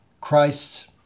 Christ